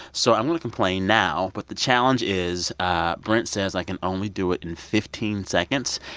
so i'm going to complain now. but the challenge is ah brent says i can only do it in fifteen seconds.